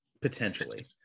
potentially